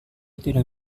tidak